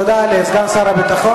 למה?